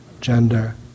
gender